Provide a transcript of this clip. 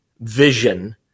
vision